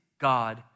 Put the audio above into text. God